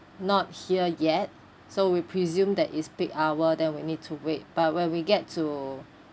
not here yet so we presume that it's peak hour then we need to wait but when we get to